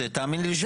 תאמיני לי שגם זה.